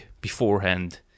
beforehand